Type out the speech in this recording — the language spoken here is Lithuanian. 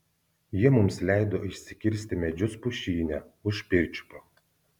jie mums leido išsikirsti medžius pušyne už pirčiupio